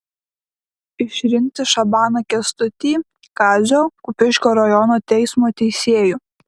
išrinkti šabaną kęstutį kazio kupiškio rajono teismo teisėju